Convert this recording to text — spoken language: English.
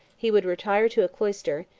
he would retire to a cloister,